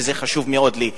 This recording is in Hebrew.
וזה חשוב לי מאוד,